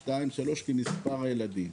2, 3 כמספר הילדים.